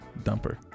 Dumper